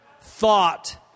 thought